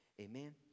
Amen